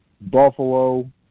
Buffalo